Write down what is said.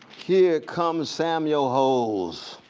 here comes samuel hose,